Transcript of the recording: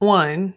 one